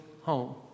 home